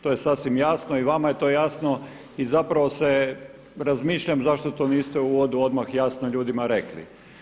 To je sasvim jasno i vama je to jasno i zapravo se razmišljam zašto to niste u uvodu odmah jasno ljudima rekli.